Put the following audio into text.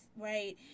right